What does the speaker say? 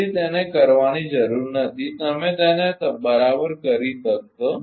તેથી તેને કરવાની જરૂર નથી તમે તેને બરાબર કરી શકશો